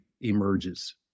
emerges